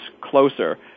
closer